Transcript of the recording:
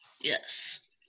yes